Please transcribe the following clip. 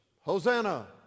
Hosanna